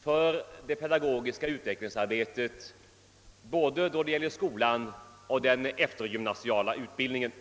för det pedagogiska utvecklingsarbetet när det gäller både skolan och den eftergymnasiala utbildningen.